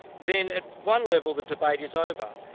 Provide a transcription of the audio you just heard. then at one level the debate is over.